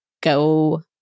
go